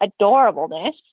adorableness